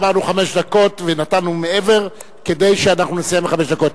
אמרנו חמש דקות ונתנו מעבר כדי שאנחנו נסיים בחמש דקות.